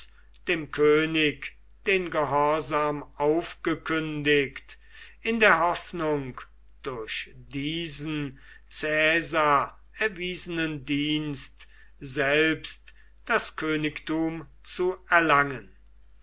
dem könig den gehorsam aufgekündigt in der hoffnung durch diesen caesar erwiesenen dienst selbst das königtum zu erlangen